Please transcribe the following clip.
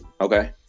okay